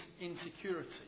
insecurity